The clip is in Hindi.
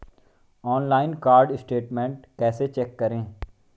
ऑनलाइन कार्ड स्टेटमेंट कैसे चेक करें?